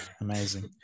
Amazing